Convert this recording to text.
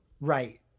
Right